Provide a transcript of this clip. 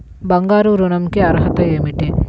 బంగారు ఋణం కి అర్హతలు ఏమిటీ?